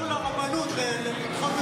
תדאגו לרבנות, לדחות את ההצבעה.